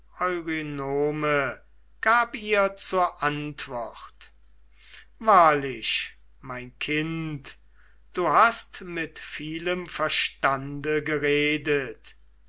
gab ihr zur antwort wahrlich mein kind du hast mit vielem verstande geredet